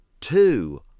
two